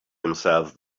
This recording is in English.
himself